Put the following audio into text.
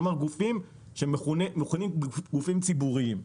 כלומר, גופים שמכונים גופים ציבוריים.